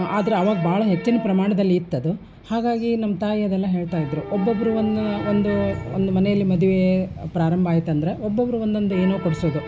ಆದರೆ ಆವಾಗ ಭಾಳ ಹೆಚ್ಚಿನ ಪ್ರಮಾಣದಲ್ಲಿತ್ತದು ಹಾಗಾಗಿ ನಮ್ಮ ತಾಯಿ ಅದೆಲ್ಲ ಹೇಳ್ತಾ ಇದ್ದರು ಒಬ್ಬೊಬ್ಬರು ಒಂದು ಒಂದು ಒಂದು ಮನೆಯಲ್ಲಿ ಮದುವೆ ಪ್ರಾರಂಭ ಆಯ್ತಂದ್ರೆ ಒಬ್ಬೊಬ್ರು ಒಂದೊಂದು ಏನೋ ಕೊಡಿಸೋದು